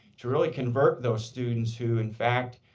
to really convert those students who, in fact,